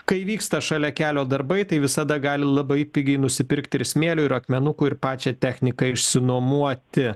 kai vyksta šalia kelio darbai tai visada gali labai pigiai nusipirkti ir smėlio ir akmenukų ir pačią techniką išsinuomoti